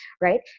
right